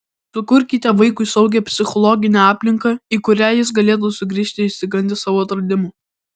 sukurkite vaikui saugią psichologinę aplinką į kurią jis galėtų sugrįžti išsigandęs savo atradimų